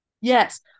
Yes